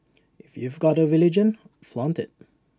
if you've got A religion flaunt IT